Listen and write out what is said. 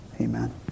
Amen